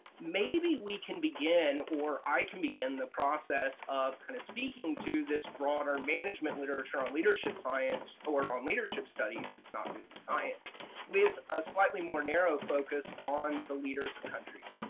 maybe we can begin or i can begin the process of kind of speaking to this broader management literature on leadership science, or on leadership studies it's not really science with a slightly more narrow focus on the leaders of countries.